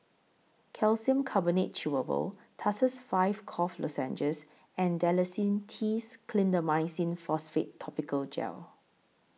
Calcium Carbonate Chewable Tussils five Cough Lozenges and Dalacin T Clindamycin Phosphate Topical Gel